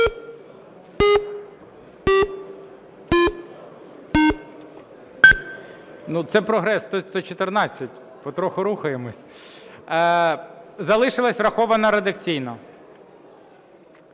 Це прогрес – 114. Потроху рухаємось. Залишилась врахована редакційно.